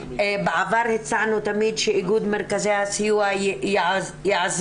בעבר הצענו תמיד שאיגוד מרכזי הסיוע יעזור